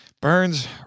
Burns